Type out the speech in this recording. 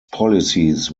policies